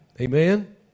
Amen